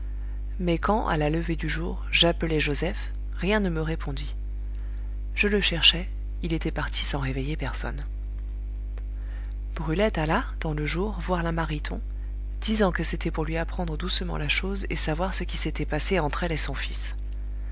mais quand à la levée du jour j'appelai joseph rien ne me répondit je le cherchai il était parti sans réveiller personne brulette alla dans le jour voir la mariton disant que c'était pour lui apprendre doucement la chose et savoir ce qui s'était passé entre elle et son fils